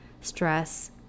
stress